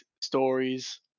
stories